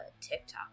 TikTok